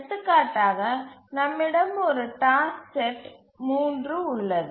எடுத்துக்காட்டாக நம்மிடம் ஒரு டாஸ்க் செட் 3 உள்ளது